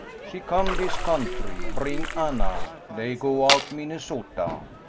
she come dis country, bring anna, dey go out minnesota,